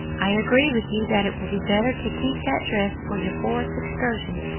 i agree with you that it will be better to keep that dress for your forest excursions,